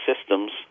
systems